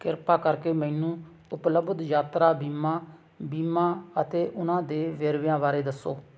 ਕਿਰਪਾ ਕਰਕੇ ਮੈਨੂੰ ਉਪਲੱਬਧ ਯਾਤਰਾ ਬੀਮਾ ਬੀਮਾ ਅਤੇ ਉਹਨਾਂ ਦੇ ਵੇਰਵਿਆਂ ਬਾਰੇ ਦੱਸੋ